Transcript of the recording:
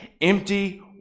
empty